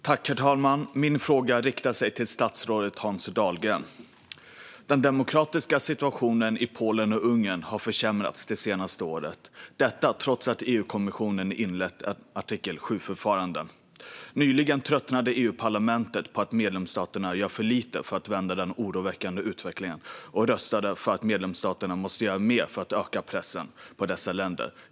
Herr talman! Min fråga riktar sig till statsrådet Hans Dahlgren. Den demokratiska situationen i Polen och Ungern har försämrats det senaste året - detta trots att EU-kommissionen inlett ett artikel 7-förfarande. Nyligen tröttnade EU-parlamentet på att medlemsstaterna gör för lite för att vända den oroväckande utvecklingen och röstade för att EU-medlemsstaterna måste göra mer för att öka pressen på dessa länder.